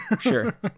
Sure